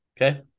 Okay